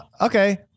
Okay